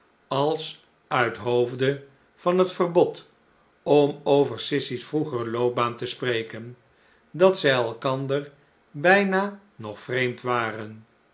als uithoofde van het verbod om over sissy's vroegere loopbaan te spreken dat zij elkander bijna nog vreemd waren